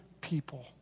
people